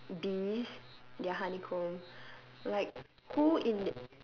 bees their honeycomb like who in